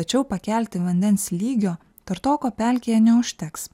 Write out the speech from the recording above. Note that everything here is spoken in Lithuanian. tačiau pakelti vandens lygio kartoko pelkėje neužteks